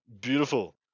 beautiful